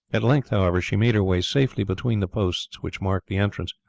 at length, however, she made her way safely between the posts which marked the entrance,